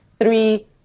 three